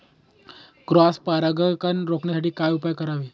Cross परागकण रोखण्यासाठी काय उपाय करावे?